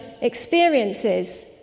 experiences